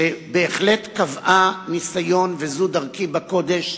שבהחלט קבעה ניסיון, וזו דרכי בקודש,